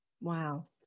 Wow